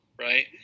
Right